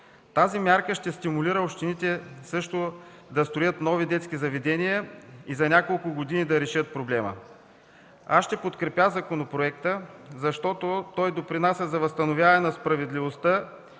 Тази мярка ще стимулира общините също да строят нови детски заведения и за няколко години да решат проблема. Аз ще подкрепя законопроекта, защото той допринася за възстановяване на справедливостта